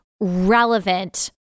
relevant